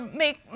make